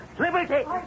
Liberty